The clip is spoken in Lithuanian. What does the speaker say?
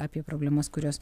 apie problemas kurios